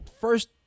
first